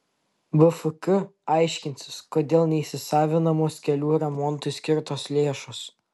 bfk aiškinsis kodėl neįsisavinamos kelių remontui skirtos lėšos